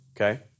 Okay